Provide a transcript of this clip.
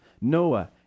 Noah